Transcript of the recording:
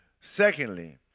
Secondly